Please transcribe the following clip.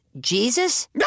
Jesus